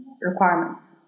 requirements